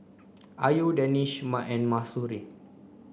Ayu Danish and Mahsuri